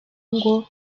ngo